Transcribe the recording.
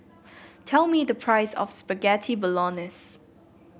tell me the price of Spaghetti Bolognese